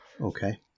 Okay